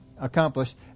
accomplished